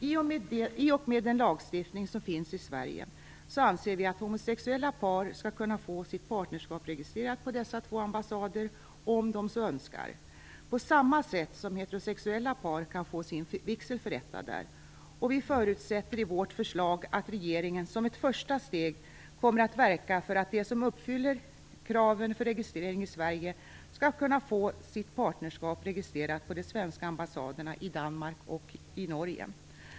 I och med den lagstiftning som finns i Sverige anser vi att homosexuella par skall kunna få sitt partnerskap registrerat på dessa två ambassader, om de så önskar, på samma sätt som heterosexuella par kan få sin vigsel förrättad där. Vi förutsätter i vårt förslag att regeringen som ett första steg kommer att verka för att de som uppfyller kraven för registrering i Sverige skall kunna få sitt partnerskap registrerat på de svenska ambassaderna i Danmark och i Norge.